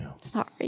Sorry